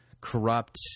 corrupt